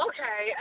Okay